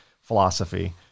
philosophy